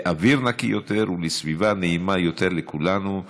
לאוויר נקי יותר ולסביבה נעימה יותר לכולנו.